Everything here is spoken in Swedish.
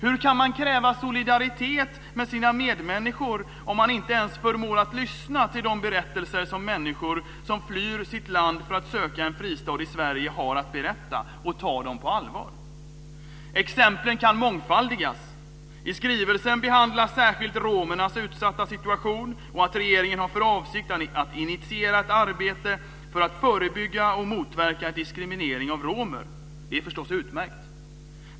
Hur kan man kräva solidaritet med sina medmänniskor om man inte ens förmår lyssna till de berättelser som människor, som flyr sitt land för att söka en fristad i Sverige, har att berätta och ta dem på allvar? Exemplen kan mångfaldigas. I skrivelsen behandlas särskilt romernas utsatta situation och att regeringen har för avsikt att initiera ett arbete för att förebygga och motverka diskriminering av romer. Det är förstås utmärkt.